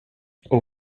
och